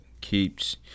keeps